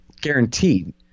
guaranteed